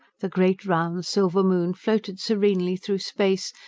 the great round silver moon floated serenely through space,